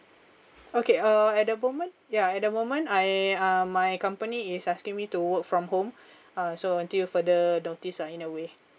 okay uh at the moment ya at the moment I uh my company is asking me to work from home uh so until further notice uh in a way